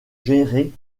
gérés